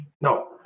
No